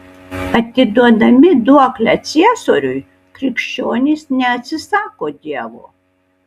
atiduodami duoklę ciesoriui krikščionys neatsisako dievo